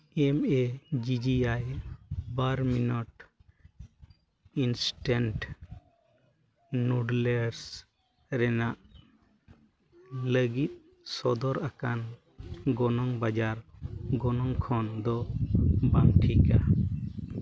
M A G G I ᱵᱟᱨ minute instant noodles ᱨᱮᱱᱟᱜ ᱞᱟᱹᱜᱤᱫ ᱥᱚᱫᱚᱨ ᱟᱠᱟᱱ ᱜᱚᱱᱚᱝ ᱵᱟᱡᱟᱨ ᱜᱚᱱᱚᱝ ᱠᱷᱚᱱ ᱫᱚ ᱵᱟᱝ ᱴᱷᱤᱠᱼᱟ